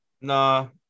No